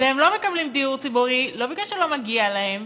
והם לא מקבלים דיור ציבורי, לא מפני שלא מגיע להם,